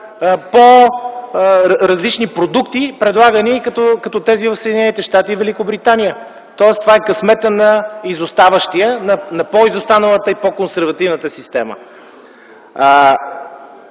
по-различни продукти, предлагани като тези в Съединените щати и Великобритания. Тоест това е късметът на изоставащия, на по-изостаналата и по-консервативната система.